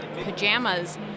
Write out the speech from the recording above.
pajamas